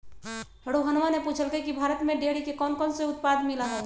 रोहणवा ने पूछल कई की भारत में डेयरी के कौनकौन से उत्पाद मिला हई?